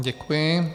Děkuji.